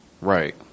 Right